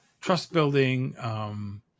trust-building